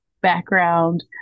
background